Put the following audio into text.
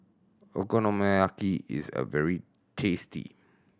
okonomiyaki is a very tasty